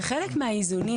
זה חלק מהאיזונים.